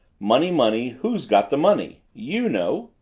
money, money who's got the money you know!